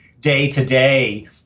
day-to-day